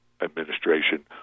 administration